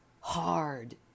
hard